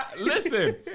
Listen